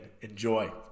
enjoy